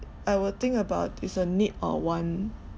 I will think about is a need or want